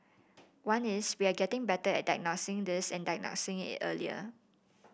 one is we are getting better at diagnosing this and diagnosing it earlier